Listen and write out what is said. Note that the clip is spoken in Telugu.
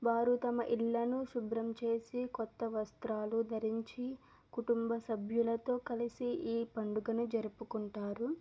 వారు తమ ఇళ్ళను శుభ్రం చేసి కొత్త వస్త్రాలు ధరించి కుటుంబ సభ్యులతో కలిసి ఈ పండుగను జరుపుకుంటారు